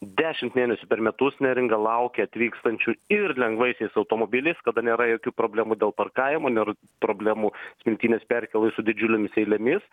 dešimt mėnesių per metus neringa laukia atvykstančių ir lengvaisiais automobiliais kada nėra jokių problemų dėl parkavimo nėra problemų smiltynės perkėloj su didžiulėmis eilėmis